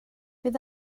bydd